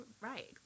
right